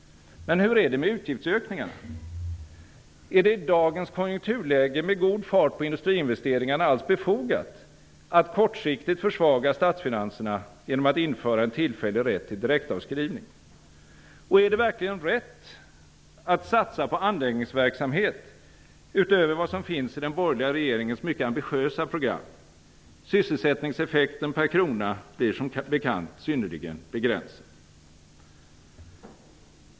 Men hur är det med utgiftsökningarna? Är det i dagens konjunkturläge med god fart på industriinvesteringarna alls befogat att kortsiktigt försvaga statsfinanserna genom att införa en tillfällig rätt till direktavskrivning? Och är det verkligen rätt att satsa på anläggningsverksamhet utöver vad som finns i den borgerliga regeringens mycket ambitiösa program? Sysselsättningseffekten per satsad krona blir som bekant synnerligen begränsad.